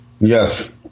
yes